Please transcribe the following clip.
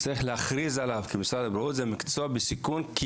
צריך להכריז עליו במשרד הבריאות כמקצוע בסיכון כי